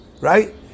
Right